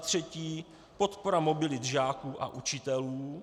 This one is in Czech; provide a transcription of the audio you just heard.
3. podpora mobility žáků a učitelů;